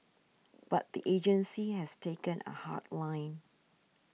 but the agency has taken a hard line